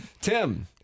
Tim